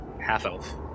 half-elf